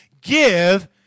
Give